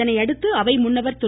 இதனையடுத்து அவை முன்னவர் திரு